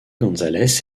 gonzalez